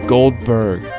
Goldberg